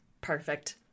Perfect